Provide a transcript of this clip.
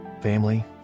family